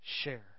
share